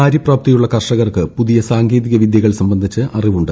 കാര്യപ്രാപ്തിയുള്ള കർഷകർക്ക് പുതിയ സാങ്കേതിക വിദ്യകൾ സംബന്ധിച്ച് അറിവുണ്ട്